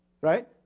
Right